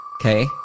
Okay